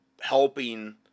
helping